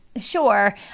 Sure